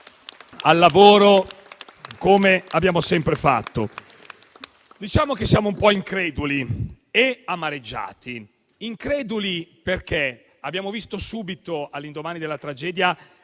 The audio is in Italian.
al lavoro, come abbiamo sempre fatto. Siamo un po' increduli e amareggiati. Siamo increduli perché abbiamo visto subito, all'indomani della tragedia,